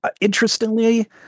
Interestingly